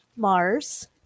Mars